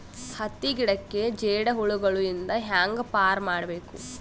ಹತ್ತಿ ಗಿಡಕ್ಕೆ ಜೇಡ ಹುಳಗಳು ಇಂದ ಹ್ಯಾಂಗ್ ಪಾರ್ ಮಾಡಬೇಕು?